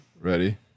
ready